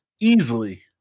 easily